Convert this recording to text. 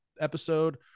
episode